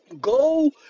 go